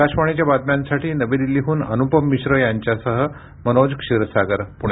आकाशवाणीच्या बातम्यांसाठी नवी दिल्लीहून अनुपम मिश्र यांच्यासह मनोज क्षीरसागर पुणे